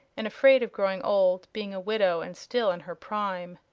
and afraid of growing old, being a widow and still in her prime.